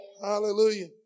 Hallelujah